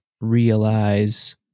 realize